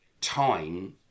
time